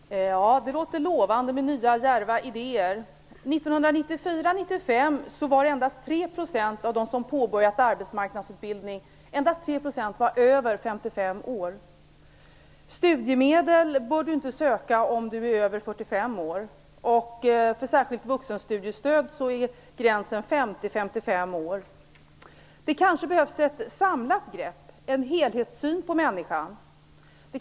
Herr talman! Det låter lovande med nya, djärva idéer. Under 1994-1995 var endast 3 % av dem som påbörjat arbetsmarknadsutbildning över 55 år. Studiemedel bör man inte söka om man är över 45 år. För särskilt vuxenstudiestöd är gränsen 50-55 år. Det kanske behövs ett samlat grepp, en helhetssyn på människan.